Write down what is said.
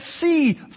see